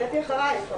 אדוני היושב-ראש,